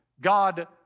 God